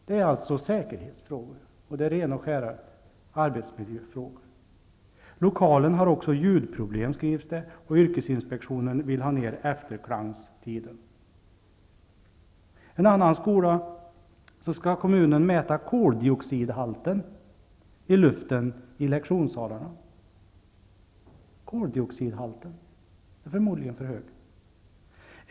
Det är säkerhetsfrågor -- rena arbetsmiljöfrågor. Man har också ljudproblem i lokalen, och yrkesinspektionen vill ha ner efterklangstiden. I en annan skola skall kommunen mäta koldioxidhalten i luften i lektionssalarna. Koldioxidhalten är förmodligen för hög.